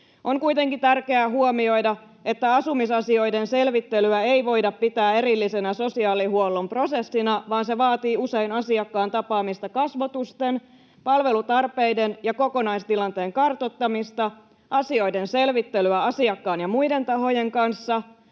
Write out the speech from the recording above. On kuitenkin tärkeää huomioida, että asumisasioiden selvittelyä ei voida pitää erillisenä sosiaalihuollon prosessina, vaan se vaatii usein asiakkaan tapaamista kasvotusten, palvelutarpeiden ja kokonaistilanteen kartoittamista, asioiden selvittelyä asiakkaan ja muiden tahojen kanssa,